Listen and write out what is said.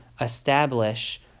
establish